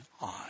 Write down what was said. on